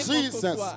Jesus